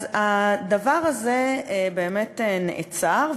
אז הדבר הזה באמת נעצר,